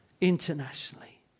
Internationally